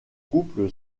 couple